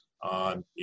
on